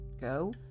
go